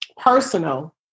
personal